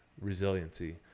resiliency